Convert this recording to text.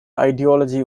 ideology